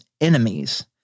enemies